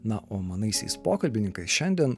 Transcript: na o manaisiais pokalbininkais šiandien